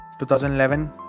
2011